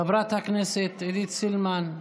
חברת הכנסת עידית סילמן,